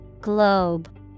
Globe